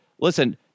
Listen